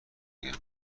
بگم